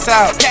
out